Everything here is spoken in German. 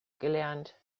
gelernt